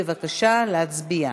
בבקשה להצביע.